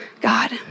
God